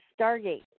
Stargate